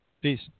Peace